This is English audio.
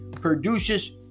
produces